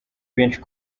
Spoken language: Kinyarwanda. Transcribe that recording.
benshi